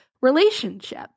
relationship